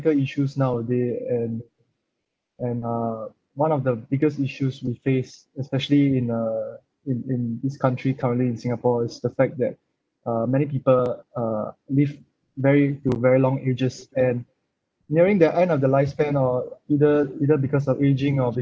issues nowaday and and uh one of the biggest issues we face especially in uh in in this country currently in singapore is the fact that uh many people uh live very to very long ages and nearing the end of the lifespan or either either because of aging or